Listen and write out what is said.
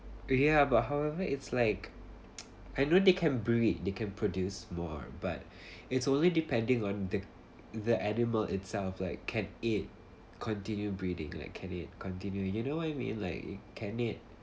ya but however it's like I know they can breed they can produce more but it's only depending on the the animal itself like can it continue breeding like can it continue you know what it mean like can it